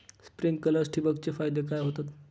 Sprinklers ठिबक चे फायदे काय होतात?